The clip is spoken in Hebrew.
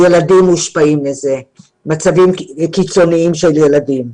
הילדים מושפעים מזה ויש מצבים קיצוניים של ילדים.